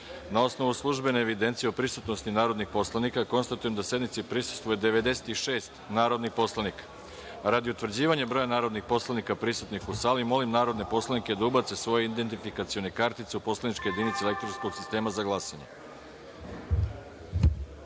osnovu službene evidencije o prisutnosti narodnih poslanika, konstatujem da sednici prisustvuje 96 narodnih poslanika. Radi utvrđivanja broja narodnih poslanika prisutnih u sali, molim narodne poslanike da ubace svoje identifikacione kartice u poslaničke jedinice elektronskog sistema za